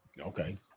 okay